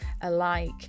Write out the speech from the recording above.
alike